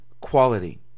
quality